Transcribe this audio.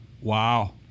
wow